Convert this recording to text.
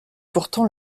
pourtant